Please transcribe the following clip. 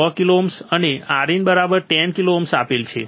તેથી Rf100 k અને Rin 10 k આપેલ છે